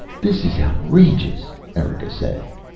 this is outrageous, erika said.